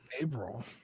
April